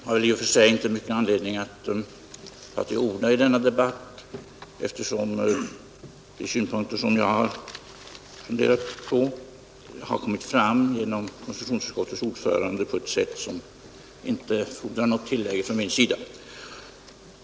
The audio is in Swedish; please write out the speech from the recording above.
Herr talman! Jag har i och för sig inte stor anledning att ta till orda i denna debatt, eftersom de synpunkter som jag har funderat på har kommit fram genom konstitutionsutskottets ordförande på ett sätt som inte fordrar något tillägg från min sida.